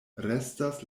restas